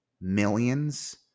millions